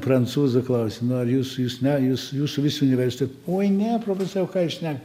prancūzų klausimą nu ar jūs jūs ne jūs jūsų visi universitet oi ne profesoriau ką jūs šne